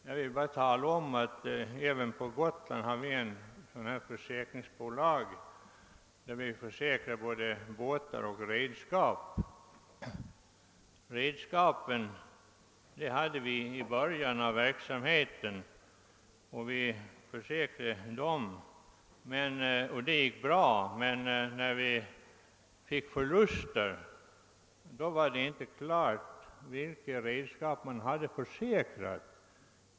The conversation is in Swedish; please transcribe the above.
Jag vill nämna att vi på Gotland har ett försäkringsbolag där vi tidigare försäkrade både båtar och redskap. Men när det uppstod förluster var det inte klart vilka redskap som var försäkrade.